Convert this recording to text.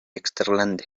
eksterlande